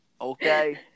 okay